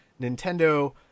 Nintendo